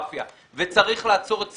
וצריך לעצור פורנוגרפיה,